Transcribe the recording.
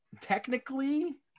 technically